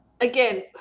again